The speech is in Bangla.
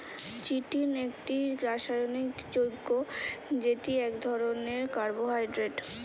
চিটিন একটি রাসায়নিক যৌগ্য যেটি এক ধরণের কার্বোহাইড্রেট